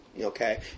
Okay